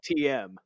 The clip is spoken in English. TM